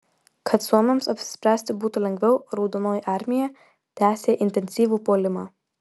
kad suomiams apsispręsti būtų lengviau raudonoji armija tęsė intensyvų puolimą